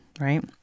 right